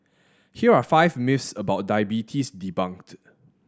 here are five myths about diabetes debunked